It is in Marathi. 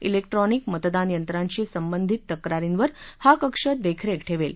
क्रैक्ट्रॉनिक मतदान यंत्रांशी संबंधित तक्रारींवर हा कक्ष देखरेख ठेवेल